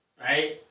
right